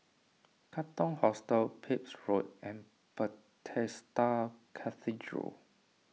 Katong Hostel Pepys Road and Bethesda Cathedral